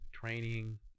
training